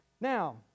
Now